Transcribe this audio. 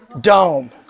dome